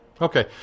Okay